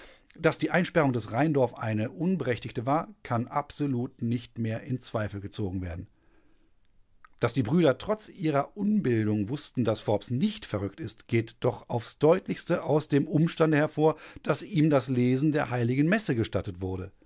daß die einsperrung des rheindorf eine unberechtigte war kann absolut nicht mehr in zweifel gezogen werden daß die brüder trotz ihrer unbildung wußten daß forbes nicht verrückt ist geht doch aufs deutlichste aus dem umstande hervor daß ihm das lesen der heiligen messe gestattet wurde